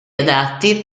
adatti